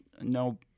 no